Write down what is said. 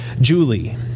Julie